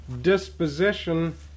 Disposition